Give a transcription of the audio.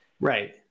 Right